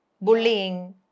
bullying